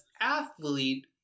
athlete